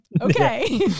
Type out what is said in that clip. okay